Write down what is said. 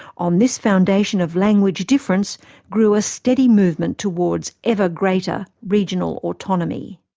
on this foundation of language difference grew a steady movement towards ever greater regional autonomy.